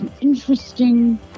interesting